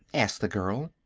asked the girl.